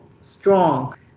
strong